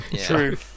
True